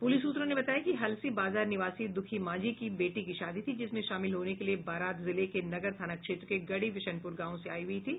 police सूत्रों ने बताया कि हलसी बाजार निवासी द्रखी मांझी की बेटी की शादी थी जिसमें शामिल होने के लिये बारात जिले के नगर थाना क्षेत्र के गढ़ी विशनपुर गांव से आयी हुयी थी